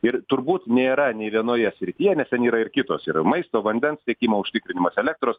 ir turbūt nėra nei vienoje srityje nes ten yra ir kitos yra maisto vandens tiekimo užtikrinimas elektros